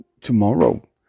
tomorrow